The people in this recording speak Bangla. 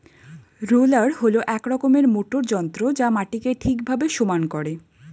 রোলার হল এক রকমের মোটর যন্ত্র যা মাটিকে ঠিকভাবে সমান করে